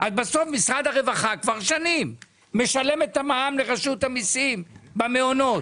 אז בסוף משרד הרווחה כבר שנים משלם את המע"מ לרשות המיסים במעונות,